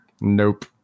Nope